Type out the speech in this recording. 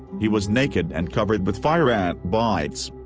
he was naked and covered with fire-ant bites.